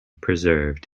preserved